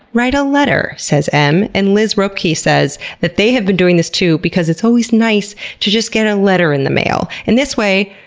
write a letter, says em. and liz roepke says that they have been doing this too, because it's always nice to just get a letter in the mail. and this way,